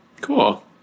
Cool